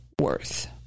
worth